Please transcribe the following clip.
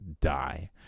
die